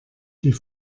die